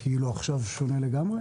כאמור, נכון לאתמול,